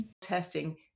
testing